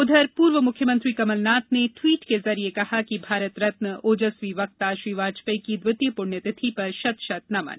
उधर पूर्व मुख्यमंत्री कमल नाथ ने ट्वीट के जरिए कहा कि भारत रत्न ओजस्वी वक्ता श्री वाजपेई की द्वितीय पुण्यतिथि पर शत शत् नमन